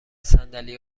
صندلی